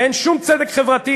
ואין שום צדק חברתי